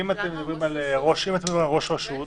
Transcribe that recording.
אם אתם מדברים על ראש רשות,